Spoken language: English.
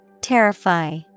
Terrify